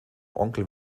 onkel